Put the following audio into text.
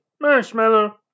Marshmallow